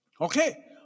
Okay